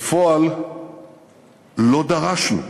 בפועל לא דרשנו.